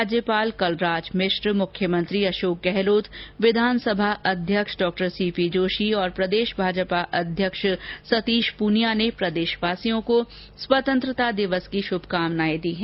राज्यपाल कलराज मिश्र मुख्यमंत्री अशोक गहलोत विधानसभा अध्यक्ष डॉ सीपी जोशी और प्रदेश भाजपा अध्यक्ष सतीश पूनिया ने प्रदेशवासियों को स्वतंत्रता दिवस की श्भकामनाएं दी हैं